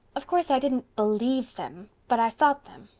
of course i didn't believe them but i thought them.